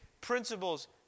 Principles